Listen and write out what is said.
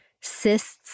cysts